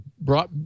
brought